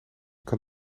kan